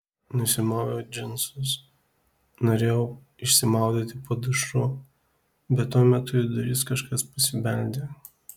nusimoviau džinsus norėjau išsimaudyti po dušu bet tuo metu į duris kažkas pasibeldė